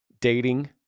dating